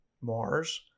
Mars